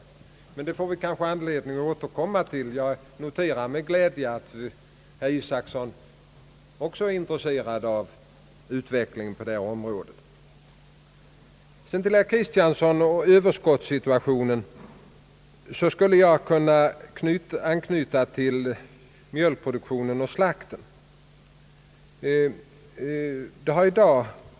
Vi får kanske anledning att återkomma till detta. Jag noterar med glädje att herr Isacson också är intresserad av utvecklingen på det här området. För att sedan ta upp vad herr Kristiansson sagt om Ööverskottssituationen skulle jag kunna anknyta till mjölkproduktionen och slakten.